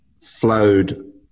flowed